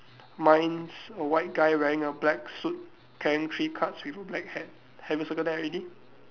mine's a white guy wearing a black suit carrying three cards with a black hat have you circled that already